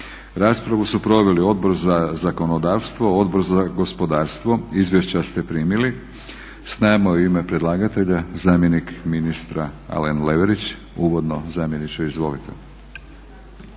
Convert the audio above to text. Raspravu su proveli Odbor za zakonodavstvo, Odbor za gospodarstvo. Izvješća ste primili. S nama je u ime predlagatelja zamjenik ministra Alen Leverić, uvodno. Zamjeniče izvolite.